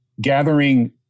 gathering